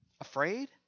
Afraid